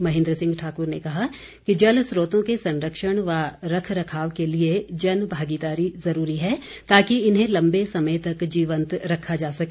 महेन्द्र सिंह ठाकुर ने कहा कि जल स्रोतों के संरक्षण व रख रखाव के लिए जन भागीदारी ज़रूरी है ताकि इन्हें लंबे समय तक जीवंत रखा जा सके